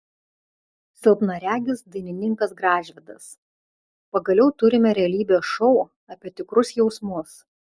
silpnaregis dainininkas gražvydas pagaliau turime realybės šou apie tikrus jausmus